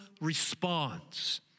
response